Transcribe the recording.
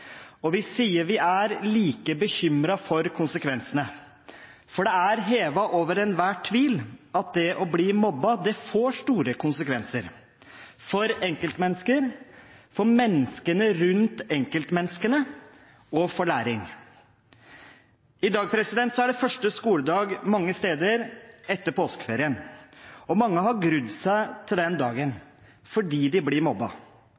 og vi sier vi er like bekymret for konsekvensene, for det er hevet over enhver tvil at det å bli mobbet får store konsekvenser for enkeltmennesker, for menneskene rundt enkeltmenneskene og for læring. I dag er det første skoledag etter påskeferien mange steder. Mange har grudd seg til denne dagen fordi de blir